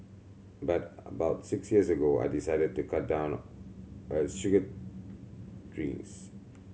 but about six years ago I decided to cut down a sugared drinks